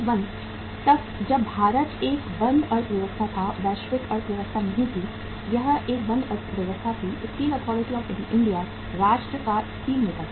1991 तक जब भारत एक बंद अर्थव्यवस्था था वैश्विक अर्थव्यवस्था नहीं थी यह एक बंद अर्थव्यवस्था थी स्टील अथॉरिटी ऑफ इंडिया राष्ट्र का स्टीलमेकर था